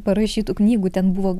parašytų knygų ten buvo